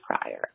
prior